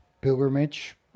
pilgrimage